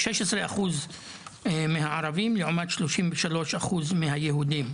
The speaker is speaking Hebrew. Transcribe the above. כ-16% מהערבים לעומת 33% מהיהודים,